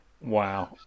Wow